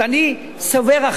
אני סובר אחרת.